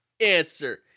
answer